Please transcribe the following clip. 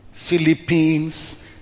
Philippines